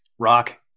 rock